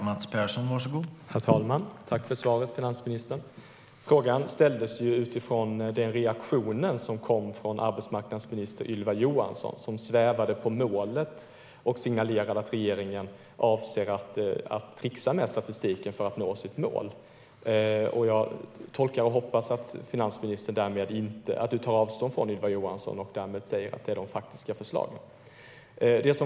Herr talman! Tack för svaret, finansministern! Frågan ställdes utifrån den reaktion som kom från arbetsmarknadsminister Ylva Johansson. Hon svävade på målet och signalerade att regeringen avser att trixa med statistiken för att nå målet. Jag tolkar och hoppas att finansministern tar avstånd från Ylva Johanssons uttalande och därmed säger att det är fråga om de faktiska förslagen.